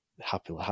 Happy